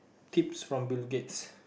keeps from Bill-Gates